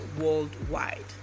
worldwide